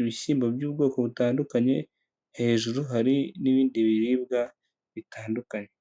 ibishyimbo by'ubwoko butandukanye, hejuru hari n'ibindi biribwa bitandukanye.